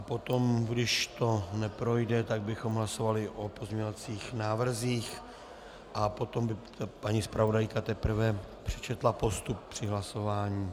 Potom, když to neprojde, tak bychom hlasovali o pozměňovacích návrzích a potom by paní zpravodajka teprve přečetla postup při hlasování.